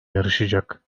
yarışacak